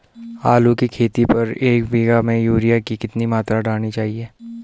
आलू की खेती पर एक बीघा में यूरिया की कितनी मात्रा डालनी चाहिए?